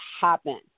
happen